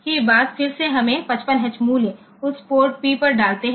तो एक ही बात फिर से हम 55H मूल्य उस पोर्ट बी पर डालते है